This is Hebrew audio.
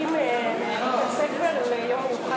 (חניה באזור המיועד לפריקה ולטעינה),